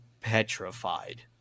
petrified